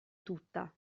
tutta